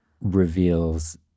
reveals